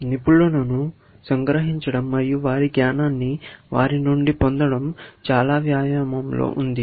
నిపుణులను సంప్రదించడం మరియు వారి జ్ఞానాన్ని వారి నుండి పొందడం చాలా వ్యాయామంలో ఉంది